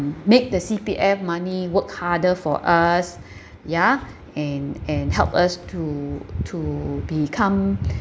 make the C_P_F money work harder for us ya and and help us to to become